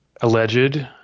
alleged